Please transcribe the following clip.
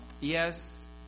Yes